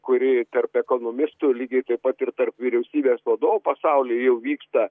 kuri tarp ekonomistų lygiai taip pat ir tarp vyriausybės vadovų pasaulyje jau vyksta